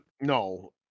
No